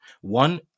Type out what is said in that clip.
One